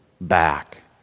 back